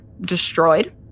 destroyed